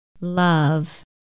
love